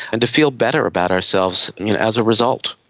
and to feel better about ourselves as a result.